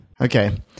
Okay